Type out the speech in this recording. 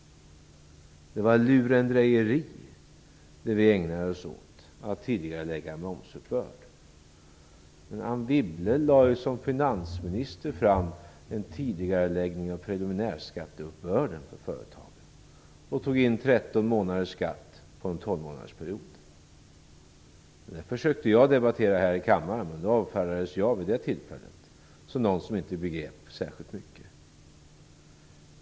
Det var lurendrejeri vi ägnade oss åt genom att tidigarelägga en momsuppbörd. Men Anne Wibble lade ju som finansminister fram en tidigareläggning av preliminärskatteuppbörden för företagen och tog in 13 månaders skatt på en 12-månadersperiod. Detta försökte jag att debattera här i kammaren, men vid det tillfället avfärdades jag som någon som inte begrep särskilt mycket.